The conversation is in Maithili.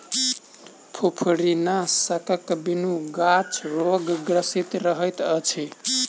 फुफरीनाशकक बिनु गाछ रोगग्रसित रहैत अछि